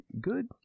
good